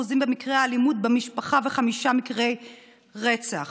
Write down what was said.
במקרי האלימות במשפחה וחמישה מקרי רצח.